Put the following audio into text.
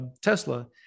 Tesla